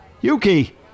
Yuki